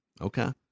Okay